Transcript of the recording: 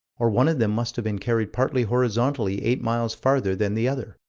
or one of them must have been carried partly horizontally eight miles farther than the other.